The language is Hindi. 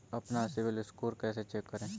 अपना सिबिल स्कोर कैसे चेक करें?